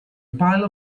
pile